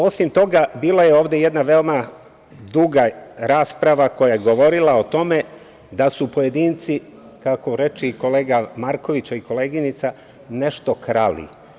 Osim toga, bila je ovde jedna veoma duga rasprava koja je govorila o tome da su pojedinci, kako reče i kolega Marković, a i koleginica – nešto krali.